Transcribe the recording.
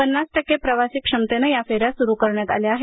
पन्नास टक्के प्रवासी क्षमतेने या फेन्या सुरू करण्यात आल्या आहेत